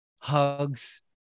hugs